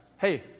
hey